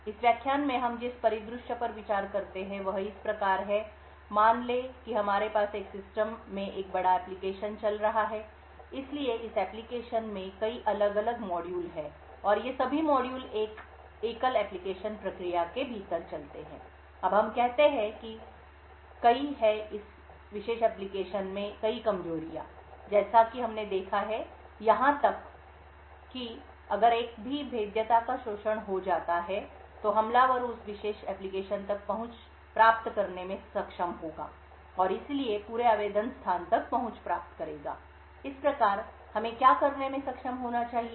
इस व्याख्यान में हम जिस परिदृश्य पर विचार करते हैं वह इस प्रकार है मान लें कि हमारे पास एक सिस्टम में एक बड़ा एप्लिकेशन चल रहा है इसलिए इस एप्लिकेशन में कई अलग अलग मॉडल हैं और ये सभी मॉड्यूल एक एकल एप्लिकेशन प्रक्रिया के भीतर चलते हैं अब हम कहते हैं कि कई हैं इस विशेष एप्लिकेशन में कमजोरियां जैसा कि हमने देखा है यहां तक कि अगर एक भी भेद्यता का शोषण हो जाता है तो हमलावर उस विशेष एप्लिकेशन तक पहुंच प्राप्त करने में सक्षम होगा और इसलिए पूरे आवेदन स्थान तक पहुंच प्राप्त करेगा इस प्रकार हमें क्या करने में सक्षम होना चाहिए